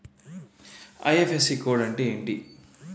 IFSC code అంటే ఏంటి?